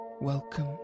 Welcome